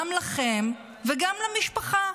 גם לכם וגם למשפחה.